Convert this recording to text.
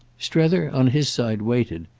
strether on his side waited,